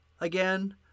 again